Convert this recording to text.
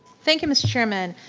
thank you mr. chairman.